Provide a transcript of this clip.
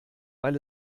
weil